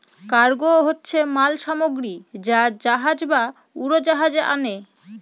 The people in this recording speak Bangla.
কার্গো হচ্ছে মাল সামগ্রী যা জাহাজ বা উড়োজাহাজে আনে